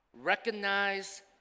Recognize